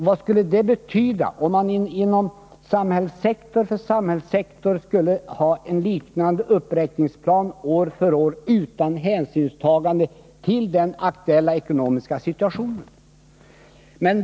Vad skulle det betyda, om man inom samhällssektor efter samhällssektor skulle ha en liknande uppräkningsplan år för år utan hänsynstagande till den aktuella ekonomiska situationen?